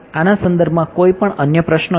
આના સંદર્ભમાં કોઈપણ અન્ય પ્રશ્નો છે